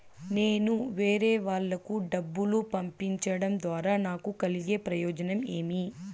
నేను వేరేవాళ్లకు డబ్బులు పంపించడం ద్వారా నాకు కలిగే ప్రయోజనం ఏమి?